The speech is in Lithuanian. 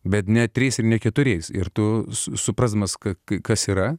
bet ne trys ir ne keturi ir tu su suprasdamas ka kas kas yra